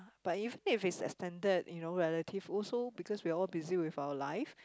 but even if it's extended you know relative also because we're all busy with our life